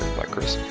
by kris,